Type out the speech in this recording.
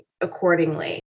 accordingly